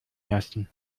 lassen